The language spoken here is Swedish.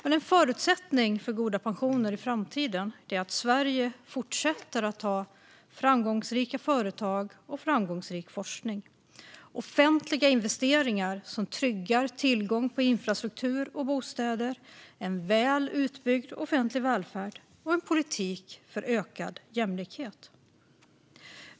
En förutsättning för goda pensioner i framtiden är att Sverige fortsätter att ha framgångsrika företag och framgångsrik forskning, offentliga investeringar som tryggar tillgången på infrastruktur och bostäder, en väl utbyggd offentlig välfärd och en politik för ökad jämlikhet.